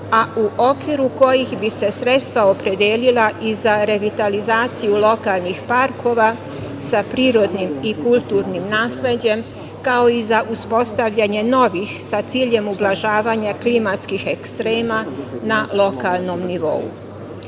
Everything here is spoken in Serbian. a u okviru kojih bi se sredstva opredelila i za revitalizaciju lokalnih parkova sa prirodnim i kulturnim nasleđem, kao i za uspostavljanje novih sa ciljem ublažavanja klimatskih ekstrema na lokalnom